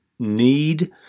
need